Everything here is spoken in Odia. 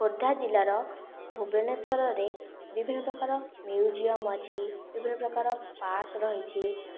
ଖୋର୍ଦ୍ଧା ଜିଲ୍ଲାର ଭୁବନେଶ୍ଵରରେ ବିଭିନ୍ନ ପ୍ରକାର ମ୍ୟୁଜିଅମ ଅଛି ବିଭିନ୍ନ ପ୍ରକାର ପାର୍କ ରହିଛି